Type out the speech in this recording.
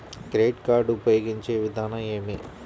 Credit card ఉపయోగించే విధానం ఏమి?